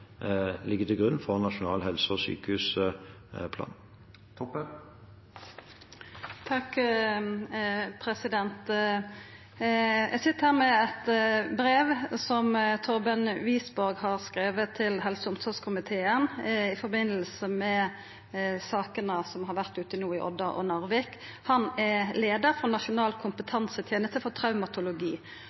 ligger til grunn for Nasjonal helse- og sykehusplan. Eg sit her med eit brev som Torbjørn Wisborg har skrive til helse- og omsorgskomiteen i samband med sakene som har vore i Odda og i Narvik. Han er leiar for Nasjonal kompetanseteneste for traumatologi.